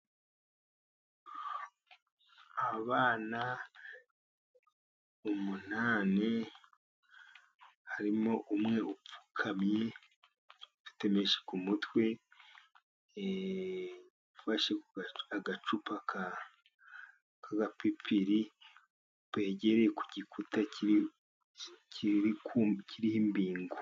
Abana umunani harimo umwe upfukamye, afite mesha ku mutwe, afashe agacupa k'agapipiri wegereye ku gikuta kiri ku kiriho imbingo.